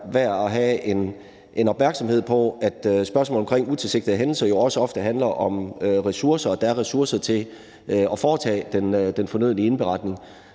værd at have opmærksomhed på, at spørgsmålet omkring utilsigtede hændelser jo også ofte handler om ressourcer, altså at der er ressourcer til at foretage den fornødne indberetning.